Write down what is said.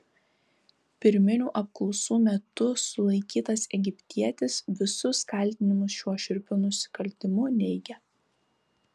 pirminių apklausų metu sulaikytas egiptietis visus kaltinimus šiuo šiurpiu nusikaltimu neigia